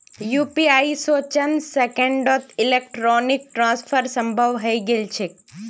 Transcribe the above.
UPI स चंद सेकंड्सत इलेक्ट्रॉनिक ट्रांसफर संभव हई गेल छेक